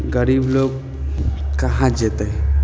गरीब लोग कहाँ जेतै